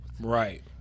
Right